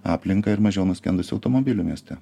aplinką ir mažiau nuskendusių automobilių mieste